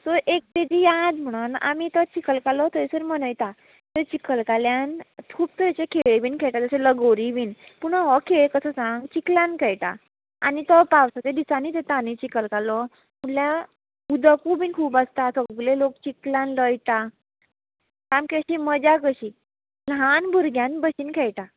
so एक तेजी याद म्हणून आमी तो चिकलकालो थंयसर मनयता थंय चिकलकाल्यान खूब तरेचे खेळ बीन खेयटा जशें लगौरी बीन पूण हो खेळ कसो सांग चिकल्यान खेळटा आनी तो पावसाच्या दिसांनीच येता न्ही चिकलकालो म्हणल्या उदकू बीन खूब आसता सगले लोक चिकलान लोळटा सामकी अशी मजा कशी ल्हान भुरग्यान बशेन खेळटा